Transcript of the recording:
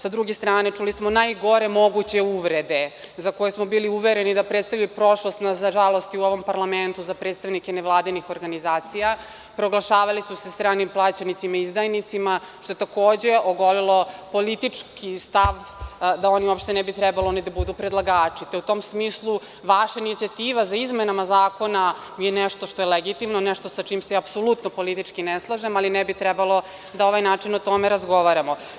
Sa druge strane, čuli smo najgore moguće uvrede za koje smo bili uvereni da predstavljaju prošlost, nažalost i u ovom parlamentu za predstavnike nevladinih organizacija, proglašavali su se stranim plaćenicima i izdajnicima, što takođe ogolelo politički stav da oni ne bi uopšte trebali da oni budu predlagači, te u tom smislu vaša inicijativa za izmenama zakona je nešto što je legitimno, nešto sa čim se apsolutno politički ne slažem, ali ne bi trebalo da ovaj način o tome razgovaramo.